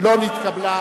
לא נתקבלה.